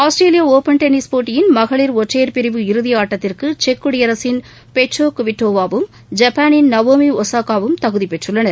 ஆஸ்திரேலிய Open tennis போட்டியின் மகளிர் ஒற்றையர் பிரிவு இறுதி ஆட்டத்திற்கு செக் குடியரசின் பெட்ரோ குவிட்டோவாவும் ஜப்பானின் நவோமி ஒசாகாவும் தகுதி பெற்றுள்ளன்